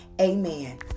amen